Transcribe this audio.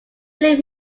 believe